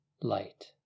light